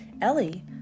Ellie